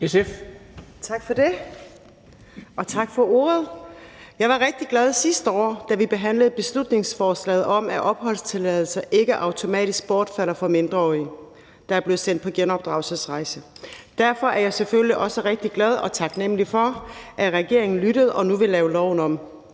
Tak for det, tak for ordet. Jeg var rigtig glad sidste år, da vi behandlede beslutningsforslaget om, at opholdstilladelser ikke automatisk bortfalder for mindreårige, der er blevet sendt på genopdragelsesrejse. Derfor er jeg selvfølgelig også rigtig glad og taknemlig for, at regeringen lyttede og nu vil lave loven om.